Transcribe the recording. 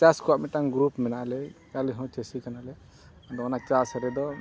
ᱪᱟᱥ ᱠᱚᱣᱟᱜ ᱢᱤᱫᱴᱟᱝ ᱜᱨᱩᱯ ᱢᱮᱱᱟᱜᱼᱟ ᱞᱟᱹᱭ ᱟᱞᱮ ᱦᱚᱸ ᱪᱟᱹᱥᱤ ᱪᱟᱹᱥᱤ ᱠᱟᱱᱟ ᱞᱮ ᱟᱫᱚ ᱪᱟᱥ ᱨᱮᱫᱚ